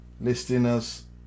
listeners